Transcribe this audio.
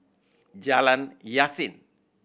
Jalan Yasin